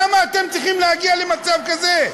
למה אתם צריכים להגיע למצב כזה?